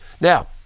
Now